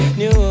new